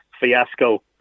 fiasco